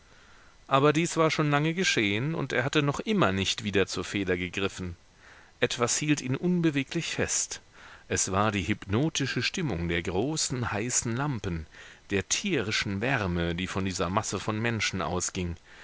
aber dies war schon lange geschehen und er hatte noch immer nicht wieder zur feder gegriffen etwas hielt ihn unbeweglich fest es war die hypnotische stimmung der großen heißen lampen der tierischen wärme die von dieser masse von menschen ausging